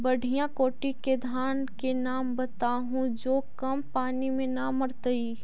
बढ़िया कोटि के धान के नाम बताहु जो कम पानी में न मरतइ?